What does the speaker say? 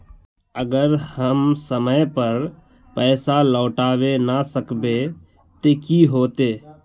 अगर हम समय पर पैसा लौटावे ना सकबे ते की होते?